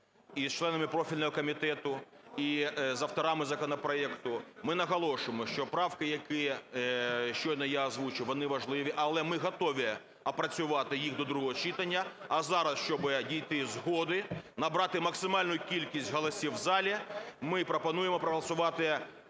з членами профільного комітету, і з авторами законопроекту. Ми наголошуємо, що правки, які щойно я озвучив, вони важливі, але ми готові опрацювати їх до другого читання, а зараз, щоб дійти згоди, набрати максимальну кількість голосів в залі, ми пропонуємо проголосувати